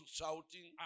shouting